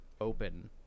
open